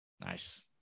Nice